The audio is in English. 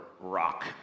rock